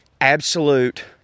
absolute